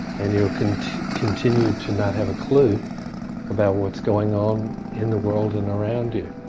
and you'll continue continue to not have a clue about what's going on in the world and around you,